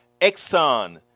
Exxon